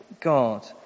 God